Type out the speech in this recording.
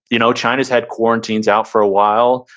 you know china's had quarantines out for a while.